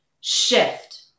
shift